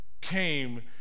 came